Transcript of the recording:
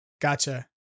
Gotcha